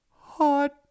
Hot